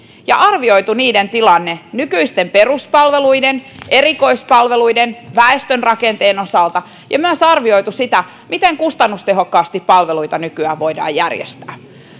ja arvioitu niiden tilanne nykyisten peruspalveluiden erikoispalveluiden väestörakenteen osalta ja myös arvioitu sitä miten kustannustehokkaasti palveluita nykyään voidaan järjestää